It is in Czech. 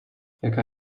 jaká